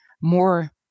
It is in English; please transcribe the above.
more